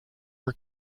her